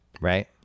right